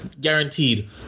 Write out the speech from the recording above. Guaranteed